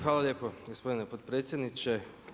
Hvala lijepo gospodine potpredsjedniče.